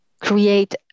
create